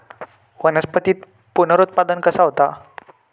वनस्पतीत पुनरुत्पादन कसा होता?